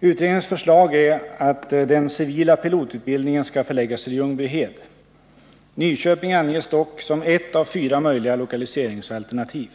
Utredningens förslag är att den civila pilotutbildningen skall förläggas till Ljungbyhed. Nyköping anges dock som ett av fyra möjliga lokaliseringsalternativ.